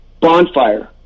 Bonfire